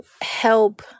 help